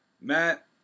Matt